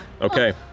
Okay